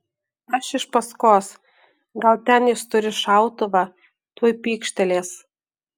aš iš paskos gal ten jis turi šautuvą tuoj pykštelės